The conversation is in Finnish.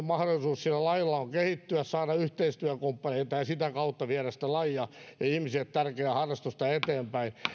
mahdollisuus lajilla on kehittyä saada yhteistyökumppaneita ja sitä kautta viedä lajia ja ihmisille tärkeää harrastusta eteenpäin